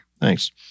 Thanks